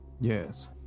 yes